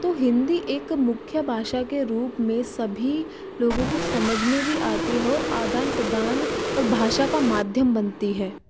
तो हिन्दी एक मुख्य भाषा के रूप में सभी लोगों को समझ में भी आती है और आदान प्रदान और भाषा का माध्यम बनती है